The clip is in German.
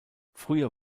früher